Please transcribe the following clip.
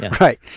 Right